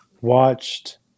watched